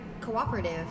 cooperative